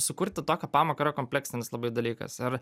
sukurti tokią pamoką yra kompleksinis labai dalykas ir